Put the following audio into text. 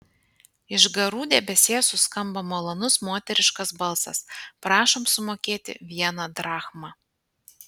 iš garų debesies suskambo malonus moteriškas balsas prašom sumokėti vieną drachmą